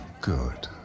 good